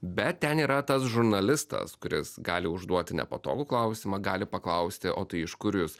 bet ten yra tas žurnalistas kuris gali užduoti nepatogų klausimą gali paklausti o tai iš kur jūs